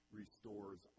restores